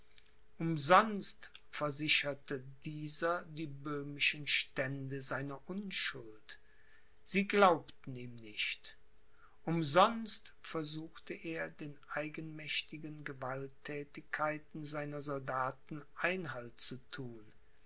umsonst versicherte dieser die böhmischen stände seiner unschuld sie glaubten ihm nicht umsonst versuchte er den eigenmächtigen gewaltthätigkeiten seiner soldaten einhalt zu thun